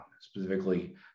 specifically